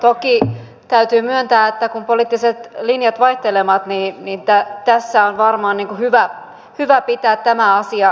toki täytyy myöntää että kun poliittiset linjat vaihtelevat niin tässä on varmaan hyvä pitää tämä asia mielessä ja kirkkaana